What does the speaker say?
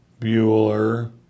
Bueller